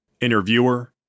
Interviewer